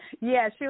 Yes